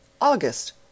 August